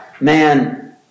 Man